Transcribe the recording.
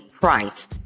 price